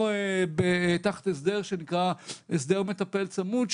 או תחת הסדר שנקרא הסדר מטפל צמוד.